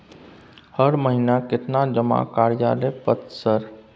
हर महीना केतना जमा कार्यालय पत्र सर?